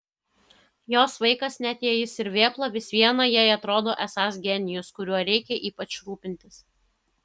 jos vaikas net jei jis ir vėpla vis viena jai atrodo esąs genijus kuriuo reikia ypač rūpintis